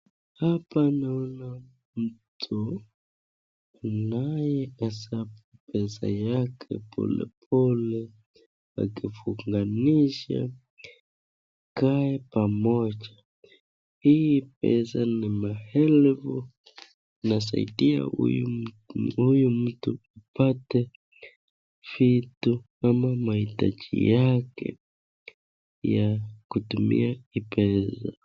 Hapa naona kuna mtu anayehesabu pesa yake polepole akifunganisha ikae pamoja, hii pesa ni maelifu inasaidia huyu mtu apate vitu ama mahitaji yake ya kutumia hii pesa.